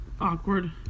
awkward